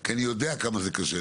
כי אני יודע כמה זה קשה.